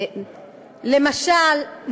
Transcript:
למשל,